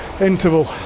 interval